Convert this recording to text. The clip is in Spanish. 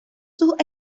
sus